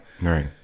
Right